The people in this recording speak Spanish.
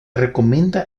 recomienda